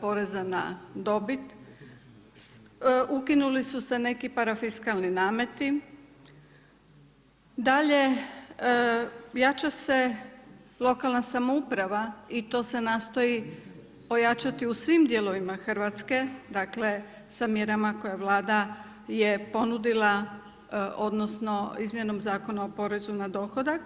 poreza na dobit, ukinuli su se neki parafiskalni nameti, dalje jača se lokalna samouprava i to se nastoji ojačati u svim dijelovima Hrvatske sa mjerama koje je Vlada ponudila odnosno izmjenom Zakona poreza na dohodak.